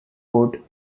vote